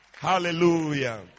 Hallelujah